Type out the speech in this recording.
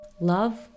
Love